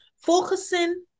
focusing